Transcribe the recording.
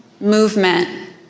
movement